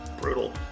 brutal